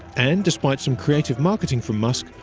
and despite some creative marketing from musk,